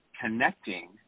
connecting